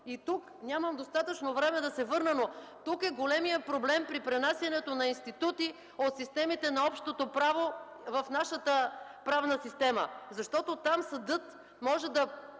Нямам достатъчно време да се върна, но тук е големият проблем при пренасянето на институти от системите на общото право в нашата правна система. Там съдът може да